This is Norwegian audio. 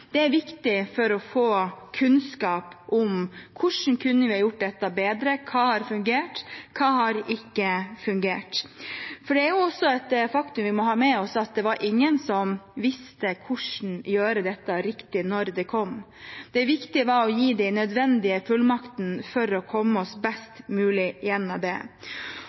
Det er viktig for å få kunnskap om hvordan vi kunne ha gjort dette bedre, hva som har fungert, og hva som ikke har fungert. Det er også et faktum vi må ha med oss at det var ingen som visste hvordan man skulle gjøre dette riktig, da det kom. Det viktige var å gi de nødvendige fullmaktene for å komme oss best mulig gjennom det.